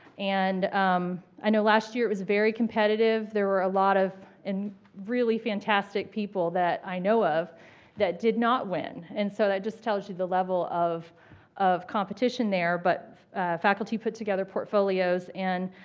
and um i know last year it was very competitive. there were a lot of and really fantastic people that i know of that did not win. and so that just tells you the level of of competition there. but faculty put together portfolios and